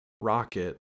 rocket